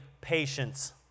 patience